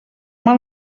mal